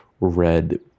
red